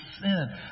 sin